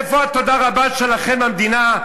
איפה התודה רבה שלכם למדינה,